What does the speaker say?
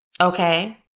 okay